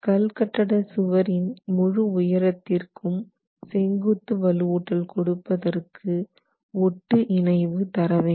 கல் கட்டட சுவர் இன் முழு உயரத்திற்கும் செங்குத்து வலுவூட்டல் கொடுப்பதற்கு ஒட்டு இணைவு தரவேண்டும்